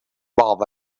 بعض